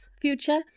future